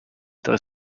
there